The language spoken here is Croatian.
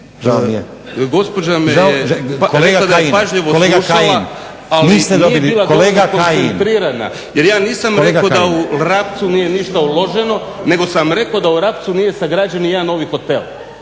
… Kolega Kajin. **Kajin, Damir (Nezavisni)** Nije koncentrirana jer ja nisam rekao da u Rapcu nije ništa uloženo nego sam rekao da u Rapcu nije sagrađen nijedan novi hotel.